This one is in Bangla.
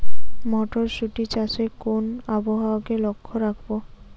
মটরশুটি চাষে কোন আবহাওয়াকে লক্ষ্য রাখবো?